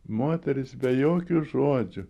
moterys be jokių žodžių